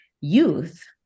youth